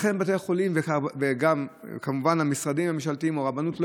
בתי החולים וכמובן המשרדים הממשלתיים או הרבנות לא